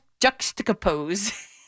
juxtapose